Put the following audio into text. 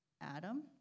Adam